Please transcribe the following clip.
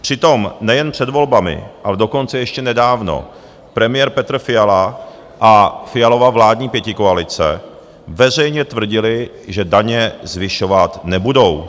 Přitom nejen před volbami, ale dokonce ještě nedávno premiér Petr Fiala a Fialova vládní pětikoalice veřejně tvrdili, že daně zvyšovat nebudou.